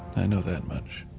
i know that much.